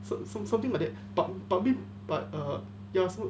some~ some~ something like that but I mean but err ya so